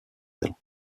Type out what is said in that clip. detail